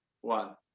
one